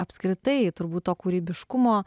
apskritai turbūt to kūrybiškumo